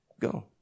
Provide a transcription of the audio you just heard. Go